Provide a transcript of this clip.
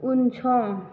उनसं